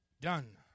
done